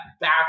back